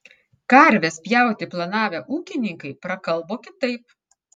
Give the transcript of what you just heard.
karves pjauti planavę ūkininkai prakalbo kitaip